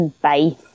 Bye